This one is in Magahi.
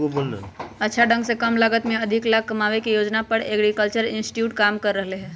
अच्छा ढंग से कम लागत में अधिक लाभ कमावे के योजना पर एग्रीकल्चरल इंस्टीट्यूट काम कर रहले है